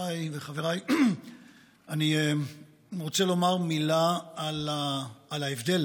חברותיי וחבריי, אני רוצה לומר מילה על ההבדל